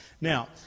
Now